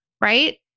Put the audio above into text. right